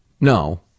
no